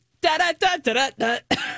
Da-da-da-da-da-da